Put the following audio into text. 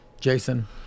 Jason